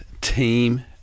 team